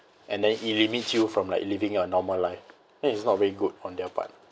and then it limits you from like living a normal life then it's not very good on their part